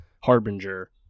harbinger